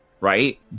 right